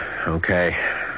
Okay